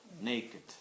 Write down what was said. naked